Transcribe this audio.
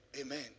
Amen